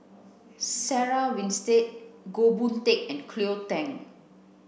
Sarah Winstedt Goh Boon Teck and Cleo Thang